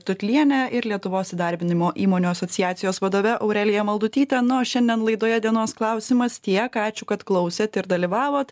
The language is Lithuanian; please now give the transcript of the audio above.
tutliene ir lietuvos įdarbinimo įmonių asociacijos vadove aurelija maldutyte na o šiandien laidoje dienos klausimas tiek ačiū kad klausėt ir dalyvavot